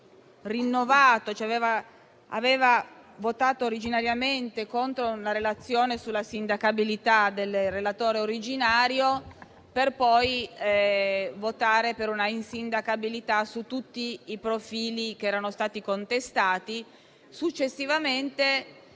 Assemblea aveva votato originariamente contro una relazione sulla sindacabilità del relatore originario, per poi votare per un'insindacabilità su tutti i profili che erano stati contestati. Successivamente